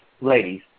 ladies